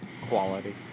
quality